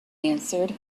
answered